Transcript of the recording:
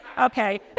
okay